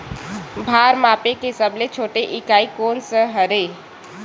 भार मापे के सबले छोटे इकाई कोन सा हरे?